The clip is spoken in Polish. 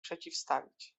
przeciwstawić